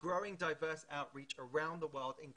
יש מיליוני אנשים סביב העולם שהגענו אליהם.